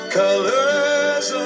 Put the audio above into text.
colors